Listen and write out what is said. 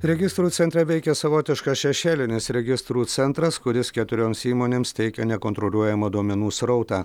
registrų centre veikė savotiškas šešėlinis registrų centras kuris keturioms įmonėms teikė nekontroliuojamą duomenų srautą